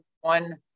one